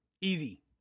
Easy